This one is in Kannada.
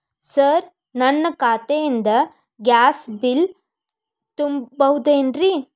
ಸರ್ ನನ್ನ ಖಾತೆಯಿಂದ ಗ್ಯಾಸ್ ಬಿಲ್ ತುಂಬಹುದೇನ್ರಿ?